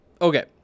Okay